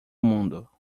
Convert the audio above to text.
mundo